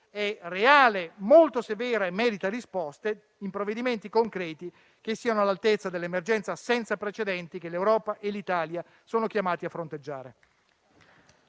è reale, molto severa e merita risposte in provvedimenti concreti, che siano all'altezza dell'emergenza senza precedenti che l'Europa e l'Italia sono chiamate a fronteggiare.